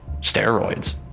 steroids